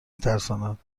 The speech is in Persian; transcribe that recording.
میترساند